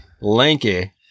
lanky